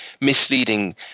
misleading